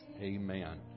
Amen